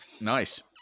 Nice